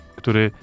który